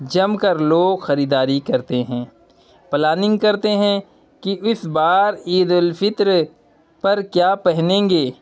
جم کر لوگ خریداری کرتے ہیں پلاننگ کرتے ہیں کہ اس بار عید الفطر پر کیا پہنیں گے